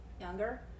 younger